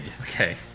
Okay